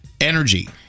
energy